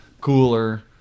cooler